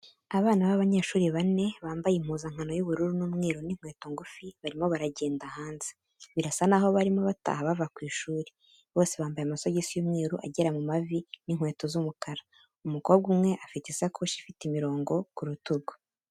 Abana b'abanyeshuri bane bambaye impuzankano y'ubururu n'umweru n'inkweto ngufi, barimo baragenda hanze. Birasa naho barimo bataha bava ku ishuri. Bose bambaye amasogisi y'umweru agera mu mavi n'inkweto z'umukara. Umukobwa umwe afite isakoshi ifite imirongo ku rutugu.